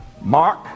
mark